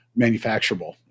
manufacturable